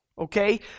okay